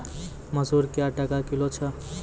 मसूर क्या टका किलो छ?